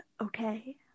okay